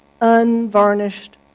unvarnished